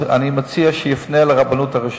אז אני מציע שיפנה אל הרבנות הראשית.